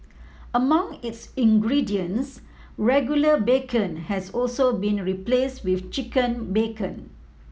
among its ingredients regular bacon has also been replace with chicken bacon